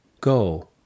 go